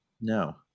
No